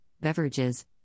beverages